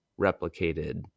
replicated